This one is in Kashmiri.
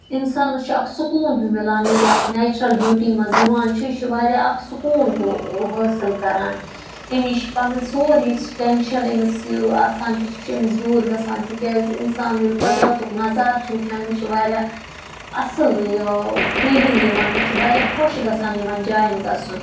اِنسانَس چھُ اکھ سکوٗن ہیوٗ مِلان ییٚلہِ اَتھ نیچرَل بیوٗٹی منٛز یِوان چھُ یہِ چھُ واریاہ اکھ سکوٗن ہیوٗ حٲصِل کران أمِس یہِ چھُ پَنُن سورُے یُس ٹٮ۪نشَن أمِس یہِ آسان چھُ سُہ چھُ أمِس دوٗر گژھان تِکیٛازِ اِنسان ییٚلہِ قۄدرَتُک نَظارٕ چھُ وُچھان أمِس چھُ واریاہ اَصٕل یہِ فیٖلِنٛگ یِوان أمِس چھُ واریاہ خۄش گژھان یِمَن جاین گژھُن